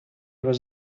was